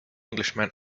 englishman